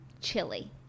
chili